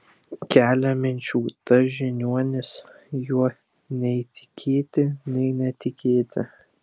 kelia minčių tas žiniuonis juo nei tikėti nei netikėti